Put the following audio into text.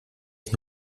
ich